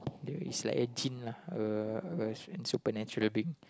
there is like a djinn lah a a supernatural being